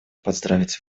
поздравить